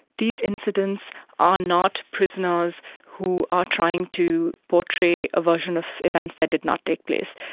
these incidents are not prisoners who are trying to portray a version of events that did not take place.